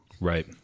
right